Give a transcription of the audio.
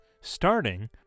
starting